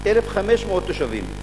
1,500 תושבים,